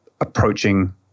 approaching